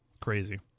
Crazy